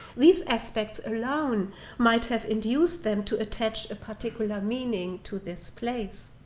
these aspects alone might have induced them to attach a particular meaning to this place.